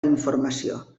d’informació